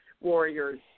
warriors